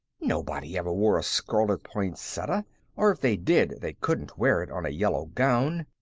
nobody ever wore a scarlet poinsettia or if they did, they couldn't wear it on a yellow gown.